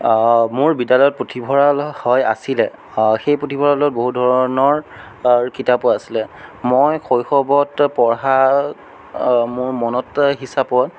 মোৰ বিদ্যালয়ত পুথিভঁৰাল হয় আছিলে সেই পুথিভঁৰালত বহু ধৰণৰ কিতাপো আছিলে মই শৈশৱত পঢ়া মোৰ মনত হিচাপত